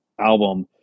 album